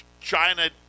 China